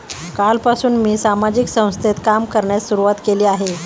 कालपासून मी सामाजिक संस्थेत काम करण्यास सुरुवात केली आहे